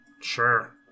Sure